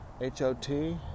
H-O-T